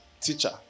teacher